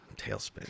Tailspin